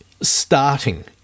starting